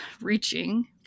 reaching